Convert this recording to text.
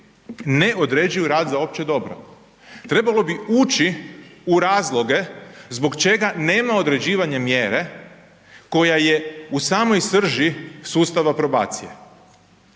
ne određuju rad za opće dobro, trebalo bi ući u razloge zbog čega nema određivanja mjere koja je u samoj srži sustava probacije.